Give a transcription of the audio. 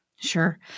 Sure